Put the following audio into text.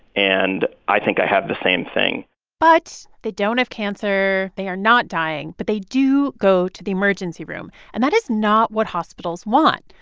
and i think i have the same thing but they don't have cancer. they are not dying, but they do go to the emergency room. and that is not what hospitals want.